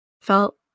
felt